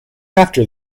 after